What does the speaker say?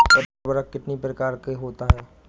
उर्वरक कितनी प्रकार के होता हैं?